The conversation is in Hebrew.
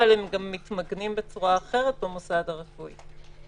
אבל הם גם מתמגנים בצורה אחרת במוסד הרפואי.